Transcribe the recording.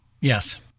Yes